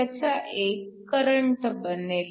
त्याचा एक करंट बनेल